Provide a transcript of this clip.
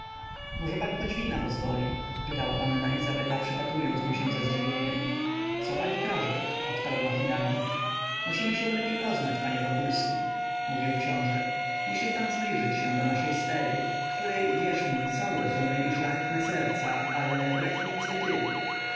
może pan choć wina pozwoli pytała panna izabela przypatrując mu się ze zdziwieniem co pani każe odparł machinalnie musimy się lepiej poznać panie wokulski mówił książe musisz pan zbliżyć się do naszej sfery w której wierz mi są rozumy i szlachetne serca ale brak inicyatywy